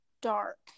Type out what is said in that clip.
dark